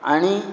आनी